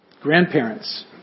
Grandparents